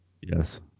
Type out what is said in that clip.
Yes